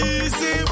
easy